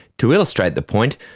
to illustrate the point,